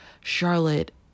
charlotte